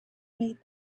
meet